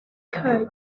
curd